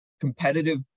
competitive